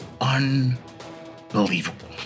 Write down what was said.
unbelievable